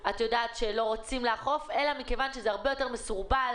אנחנו חושבים שברגע שהרשויות גם יציגו